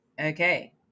Okay